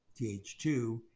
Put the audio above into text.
TH2